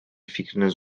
fikriniz